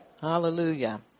Hallelujah